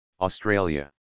Australia